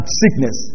sickness